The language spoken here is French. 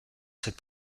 cette